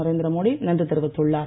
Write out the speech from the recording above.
நரேந்திர மோடி நன்றி தெரிவித்துள்ளார்